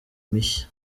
mishya